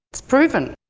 it's proven!